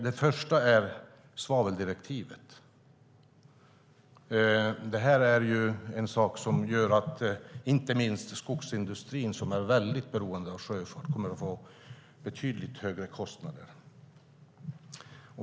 Den första gäller svaveldirektivet. Det är ju en sak som gör att inte minst skogsindustrin, som är väldigt beroende av sjöfart, kommer att få betydligt högre kostnader.